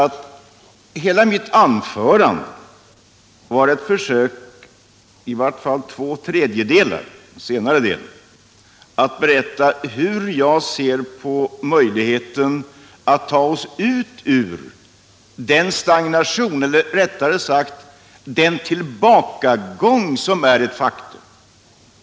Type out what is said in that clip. De senare två tredjedelarna av mitt anförande var nämligen ett försök att berätta hur jag ser på möjligheten att ta oss ut ur den stagnation eller, rättare sagt, ullbakagång som är ett faktum.